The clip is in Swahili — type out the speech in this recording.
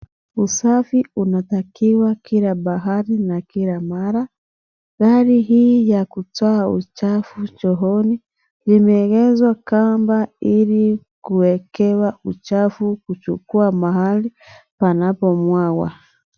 Usafi unatakiwa kila bahari na kila mara, gari hii ya kutoa uchafu chooni limeegezwa kando ili kuekewa uchafu kuchukua mahali panapomwagwa.